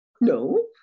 no